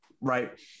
Right